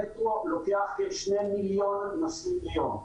המטרו לוקח כשני מיליון נוסעים ביום.